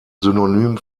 synonym